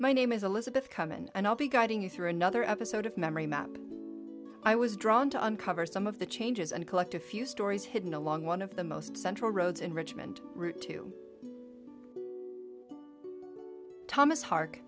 my name is elizabeth come and i'll be guiding you through another episode of memory i was drawn to uncover some of the changes and collect a few stories hidden along one of the most central roads in richmond route to thomas hark